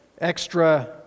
extra